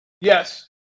Yes